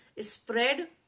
spread